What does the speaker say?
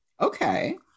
Okay